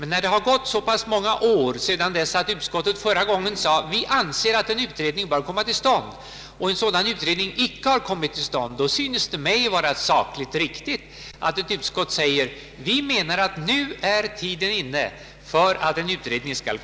Nu har det gått flera år sedan utskottet förra gången uttalade att en utredning bör komma till stånd, men någon utredning har ännu icke tillsatts, och då synes det mig vara sakligt riktigt att vi i dag säger att enligt vår mening är tiden inne för en utredning.